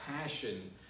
Passion